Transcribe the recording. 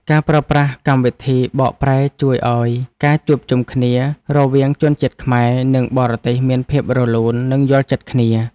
ការប្រើប្រាស់កម្មវិធីបកប្រែជួយឱ្យការជួបជុំគ្នារវាងជនជាតិខ្មែរ និងបរទេសមានភាពរលូននិងយល់ចិត្តគ្នា។